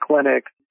clinics